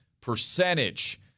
percentage